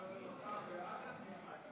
ההצעה להעביר את הצעת חוק הביטוח הלאומי (תיקון,